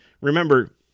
remember